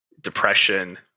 depression